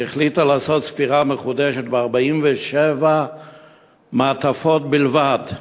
היא החליטה לעשות ספירה מחודשת ב-47 מעטפות בלבד.